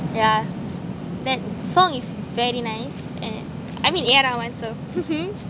yeah that song is very nice and I mean A_R rahman one so